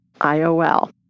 IOL